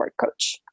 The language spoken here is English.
coach